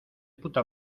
puta